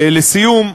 לסיום,